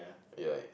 ya